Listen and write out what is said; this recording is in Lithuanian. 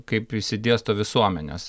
kaip išsidėsto visuomenės